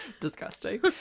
disgusting